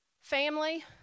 Family